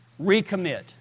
recommit